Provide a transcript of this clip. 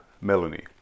Melanie